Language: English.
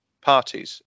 parties